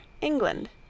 England